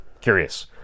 Curious